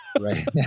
Right